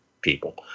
people